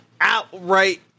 outright